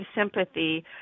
sympathy